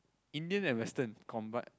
Indian and western combine